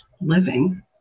living